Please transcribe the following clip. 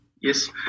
yes